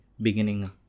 beginning